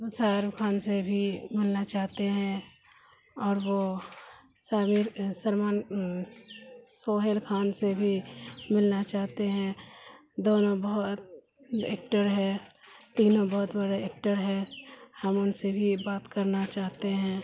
شاہ رخ خان سے بھی ملنا چاہتے ہیں اور وہ سہیل خان سے بھی ملنا چاہتے ہیں دونوں بہت ایکٹر ہے تینوں بہت بڑے ایکٹر ہے ہم ان سے بھی بات کرنا چاہتے ہیں